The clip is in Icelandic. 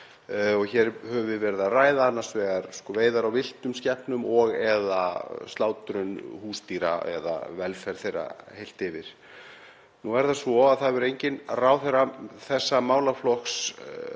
Hér höfum við verið að ræða annars vegar veiðar á villtum skepnum og/eða slátrun húsdýra eða velferð þeirra heilt yfir. Nú er það svo að það hefur enginn ráðherra þessa málaflokks